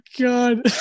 god